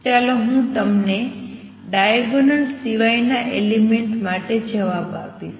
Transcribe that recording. ચાલો હું તમને ડાયગોનલ સિવાય ના એલિમેંટ માટે જવાબ આપીશ